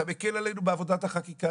אתה מקל עלינו ברמת החקיקה,